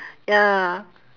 ya